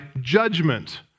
judgment